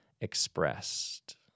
expressed